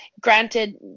Granted